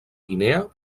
guinea